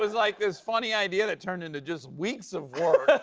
was like this funny idea that turned into just weeks of work.